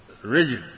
Rigid